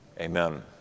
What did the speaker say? amen